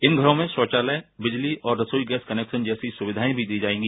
इन घरों में शौचालय बिजली और रसोई गैस कनेक्शन जैसी सुविधाएं भी दी जाएगी